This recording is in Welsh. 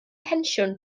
pensiwn